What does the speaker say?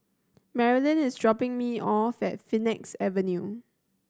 Marlyn is dropping me off at Phoenix Avenue